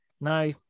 no